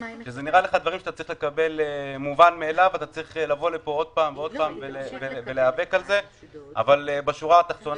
ואז להחזיר אותם לשחות לבד ולא לתת להם את הכלים